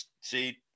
see